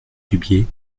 dubié